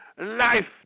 life